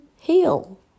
heal